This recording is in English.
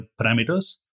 parameters